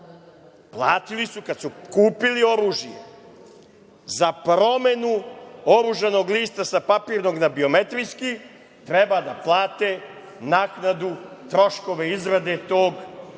Platili su kada su kupili oružje. Za promenu oružanog lista, sa papirnog na biometrijski, treba da plate naknadu, troškove izrade tog